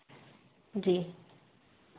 जी